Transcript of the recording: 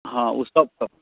हाँ ओ सभ सभ